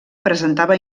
presentava